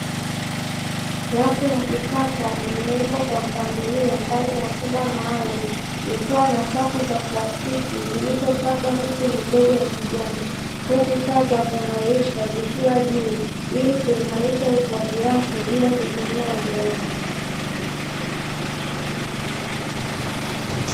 Rafu ya kisasa imewekwa kwa mpangilio ndani ya chumba maalumu, ikiwa na safu za plastiki zilizopandwa miche midogo ya kijani, huku taa za kung'arisha zikiwa juu, ili kuimarisha ukuaji wake bila kutumia udongo.